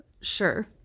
Sure